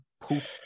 Poof